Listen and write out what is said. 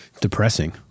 Depressing